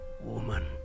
Woman